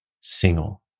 single